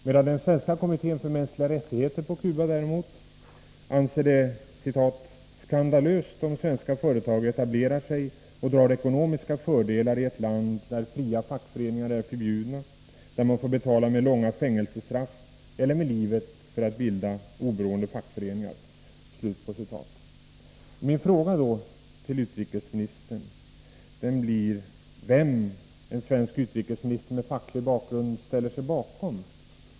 Den svenska kommittén för mänskliga rättigheter på Cuba anser det däremot ”skandalöst om svenska företag etablerar sig och drar ekonomiska fördelar i ett land, där fria fackföreningar är förbjudna, där man får betala med långa fängelsestraff eller med livet för att försöka bilda oberoende fackföreningar”. Min fråga till utrikesministern blir då: Vem ställer sig en svensk utrikesminister med facklig bakgrund bakom?